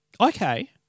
Okay